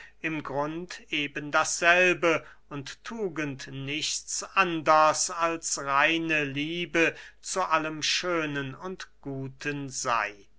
im grund eben dasselbe und tugend nichts anders als reine liebe zu allem schönen und guten sey